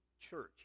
church